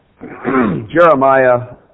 Jeremiah